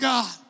God